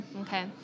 Okay